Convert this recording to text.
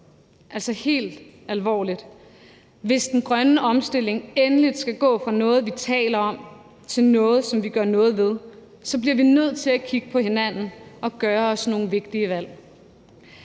Altså, helt alvorligt, hvis den grønne omstilling endelig skal gå fra at være noget, vi taler om, til noget, som vi gør noget ved, så bliver vi nødt til at kigge på hinanden og træffe nogle vigtige valg.